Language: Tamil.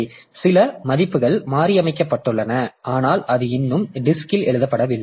எனவே சில மதிப்புகள் மாற்றியமைக்கப்பட்டுள்ளன ஆனால் அது இன்னும் டிஸ்க்ல் எழுதப்படவில்லை